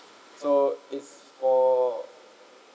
so it's four